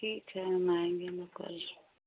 ठीक है हम आएंगे न कल